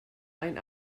ein